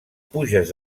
puges